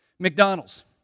McDonald's